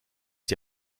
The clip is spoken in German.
die